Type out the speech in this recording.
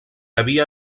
havia